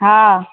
हँ